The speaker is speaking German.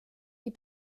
die